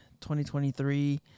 2023